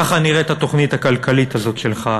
ככה נראית התוכנית הכלכלית הזאת שלך,